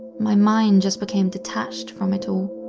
my mind just became detached from it all.